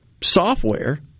software